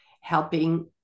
helping